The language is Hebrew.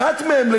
אחת מהן,